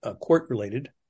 court-related